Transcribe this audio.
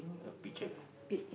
pea~ peach